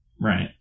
Right